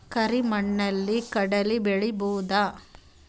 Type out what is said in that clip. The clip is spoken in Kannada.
ಕರಿ ಮಣ್ಣಲಿ ಕಡಲಿ ಬೆಳಿ ಬೋದ?